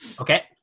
Okay